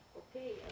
okay